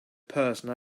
person